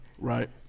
Right